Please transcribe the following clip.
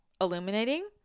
illuminating